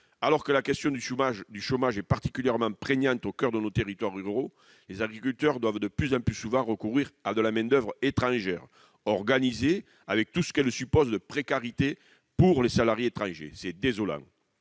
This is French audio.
alors que la question du chômage est particulièrement prégnante au coeur de nos territoires ruraux, les agriculteurs doivent de plus en plus souvent recourir à de la main-d'oeuvre étrangère organisée, avec tout ce qu'elle suppose de précarité pour les salariés étrangers. C'est désolant